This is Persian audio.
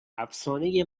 افسانه